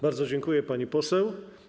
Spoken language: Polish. Bardzo dziękuję, pani poseł.